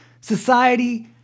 society